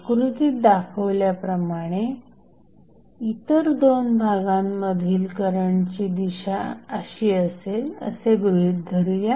आकृतीत दाखवल्याप्रमाणे इतर दोन भागांमधील करंटची दिशा अशी असेल असे गृहीत धरूया